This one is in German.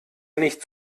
nicht